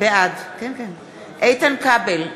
בעד איתן כבל,